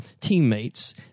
teammates